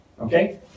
Okay